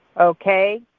Okay